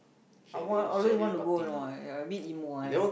I want always wanna go you know I I a bit emo I'm